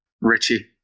Richie